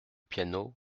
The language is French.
piano